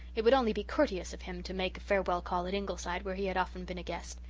it would only be courteous of him to make a farewell call at ingleside where he had often been a guest.